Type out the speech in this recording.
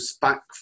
back